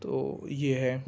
تو یہ ہے